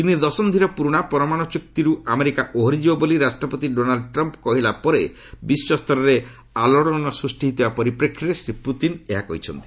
ତିନି ଦଶନ୍ଧିର ପୁରୁଣା ପରମାଣୁ ଚୁକ୍ତିରୁ ଆମେରିକା ଓହରି ଯିବ ବୋଲି ରାଷ୍ଟ୍ରପତି ଡୋନାଲ୍ଡ୍ ଟ୍ରମ୍ପ୍ କହିଲା ପରେ ବିଶ୍ୱସ୍ତରରେ ଆଲୋଡନ ସୃଷ୍ଟି ହୋଇଥିବା ପରିପ୍ରେକ୍ଷୀରେ ଶ୍ରୀ ପୁତିନ୍ ଏହା କହିଛନ୍ତି